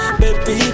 baby